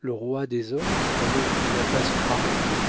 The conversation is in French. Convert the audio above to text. le roi des hommes un homme qui n'a pas son pareil